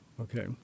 Okay